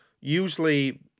usually